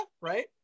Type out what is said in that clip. right